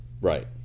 Right